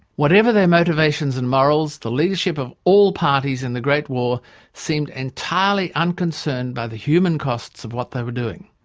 whatever their motivations and morals, the leadership of all parties in the great war seemed entirely unconcerned by the human costs of what they were doing.